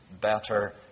better